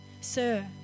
sir